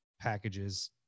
packages